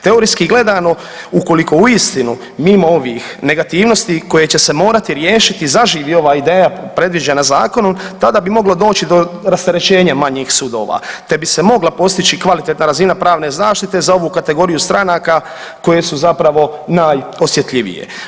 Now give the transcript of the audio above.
Teorijski gledano ukoliko uistinu mimo ovih negativnosti koje će se morati riješiti zaživi ova ideja predviđena zakonom tada bi moglo doći do rasterećenja manjih sudova te bi se mogla postići kvalitetna razina pravne zaštite za ovu kategoriju stranaka koje su zapravo najosjetljivije.